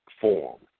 form